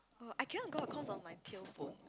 I cannot go of course of my tail bone